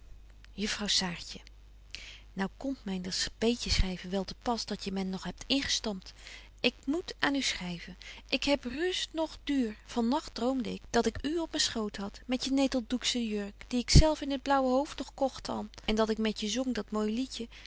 juffrouw saartje nou komt myn dat beetje schryven wel te pas dat je men nog hebt ingestampt ik moet aan u schryven ik heb rust noch duur van nagt droomde ik dat ik u op men schoot had met je neteldoekse jurk die ik zelf in het blaauwe hoofd nog kogt an en dat ik met je zong dat mooi liedje